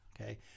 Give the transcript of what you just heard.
okay